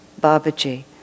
Babaji